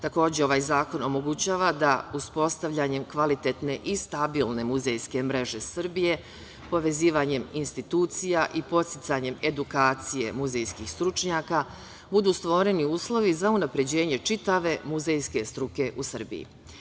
Takođe, ovaj zakon omogućava da uspostavljanjem kvalitetne i stabilne muzejske mreže Srbije, povezivanjem institucija i podsticanjem edukacije muzejskih stručnjaka, budu stvoreni uslovi za unapređenje čitave muzejske struke u Srbiji.